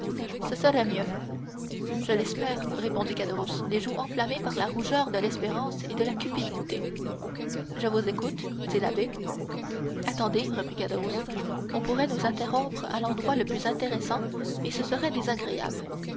ce sera mieux je l'espère répondit caderousse les joues enflammées par la rougeur de l'espérance et de la cupidité je vous écoute dit l'abbé attendez reprit caderousse on pourrait nous interrompre à l'endroit le plus intéressant et ce serait désagréable